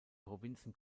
provinzen